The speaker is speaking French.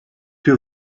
que